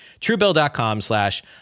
Truebill.com/slash